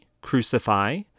Crucify